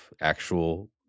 actual